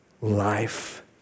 life